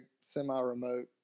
semi-remote